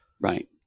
Right